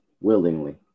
willingly